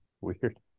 weird